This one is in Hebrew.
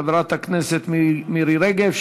חברת הכנסת מירי רגב,